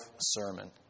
sermon